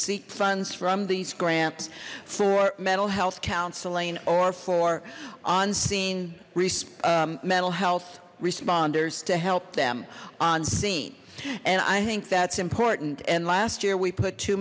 seek funds from these grants for mental health counseling or for on scene mental health responders to help them on scene and i think that's important and last year we put two